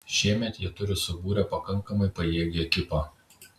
šiemet jie turi subūrę pakankamai pajėgią ekipą